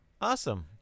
awesome